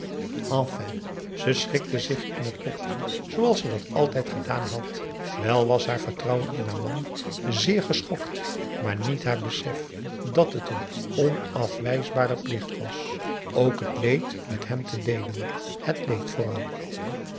ze schikte zich in het lot zooals ze dat altijd gedaan had wel was haar vertrouwen in haar man zeer geschokt maar niet haar besef dat het een onafwijsbare plicht was ook het leed met hem te deelen het leed vooral